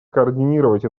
координировать